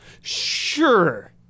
Sure